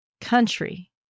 country